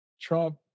Trump